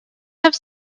have